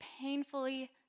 painfully